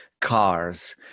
cars